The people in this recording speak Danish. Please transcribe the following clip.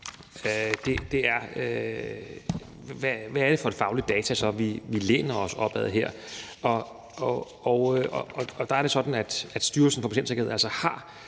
det så er for noget faglig data, vi læner os op ad, og der er det sådan, at Styrelsen for Patientsikkerhed altså har